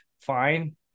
fine